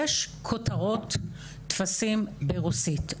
יש כותרות טפסים ברוסית,